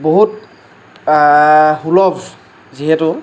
বহুত সুলভ যিহেতু